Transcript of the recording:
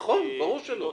נכון, ברור שלא.